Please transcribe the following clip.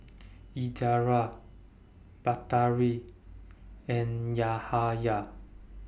Izzara Batari and Yahaya